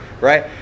Right